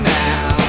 now